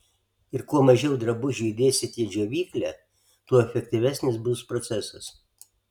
ir kuo mažiau drabužių įdėsite į džiovyklę tuo efektyvesnis bus procesas